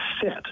fit